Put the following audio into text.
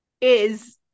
is-